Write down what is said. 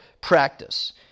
practice